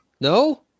No